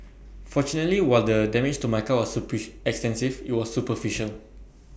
fortunately while the damage to my car was push extensive IT was superficial